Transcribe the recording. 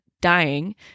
dying